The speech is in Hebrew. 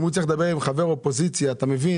אם הוא צריך לדבר עם חבר אופוזיציה, אתה מבין.